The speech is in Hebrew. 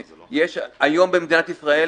היום במדינת ישראל